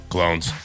Clones